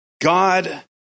God